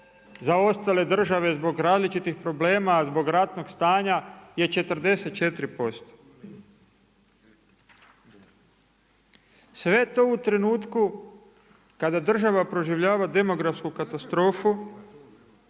zaostale države zbog različitih problema, zbog ratnog stanja je 44%. Sve to u trenutku kada država proživljava demografsku katastrofu,